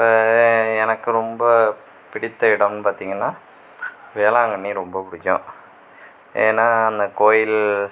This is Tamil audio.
இப்போ எனக்கு ரொம்ப பிடித்த இடம்னு பார்த்திங்கனா வேளாங்கண்ணி ரொம்ப பிடிக்கும் ஏன்னா அந்த கோயில்